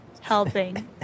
helping